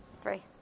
Three